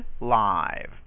live